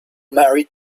married